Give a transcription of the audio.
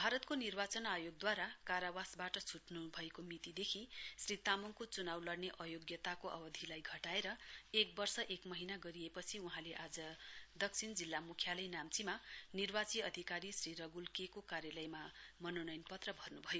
भारतको निर्वाचन आयोगद्वारा कारावासबाट छटनुभएको मितिदेखि श्री तामङको चुनाउ लड़न आयोग्यताको अवधिलाई घटाएर एक वर्ष एक महीना गरिएपछि वहाँले आज दक्षिण जिल्ला मुख्यालय नाम्चीमा निर्वाची अधिकारी श्री रगुल के को कार्यालयमा मनोनयन पत्र भर्नुभयो